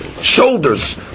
shoulders